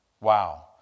Wow